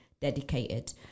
dedicated